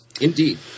indeed